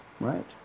right